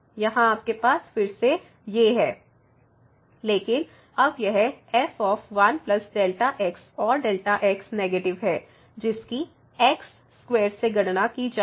यहाँ आपके पास फिर से है f 1 Δ x f1Δ x लेकिन अब यह f1Δx और Δx नेगेटिव है जिसकी x2 से गणना की जाएगी